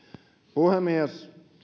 puhemies